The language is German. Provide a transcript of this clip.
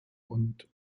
und